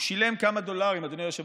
הוא שילם כמה דולרים,